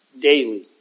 daily